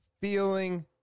feeling